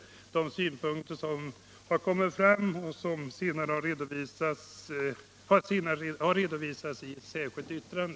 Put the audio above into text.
De avvikande synpunkter som framkommit i utskottet har redovisats i ett särskilt yttrande.